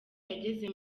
yageze